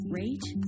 rate